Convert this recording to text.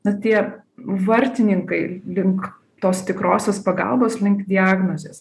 na tie vartininkai link tos tikrosios pagalbos link diagnozės